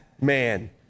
man